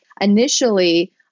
Initially